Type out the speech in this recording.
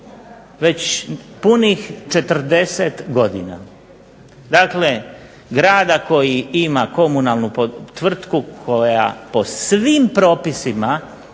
već punih 40 godina. Dakle, grada koji ima komunalnu tvrtku koja po svim propisima